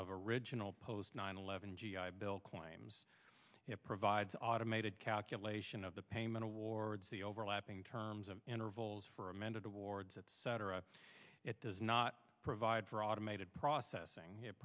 original post nine eleven g i bill coins it provides automated calculation of the payment awards the overlapping terms of intervals for amended awards etc it does not provide for automated processing it